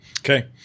Okay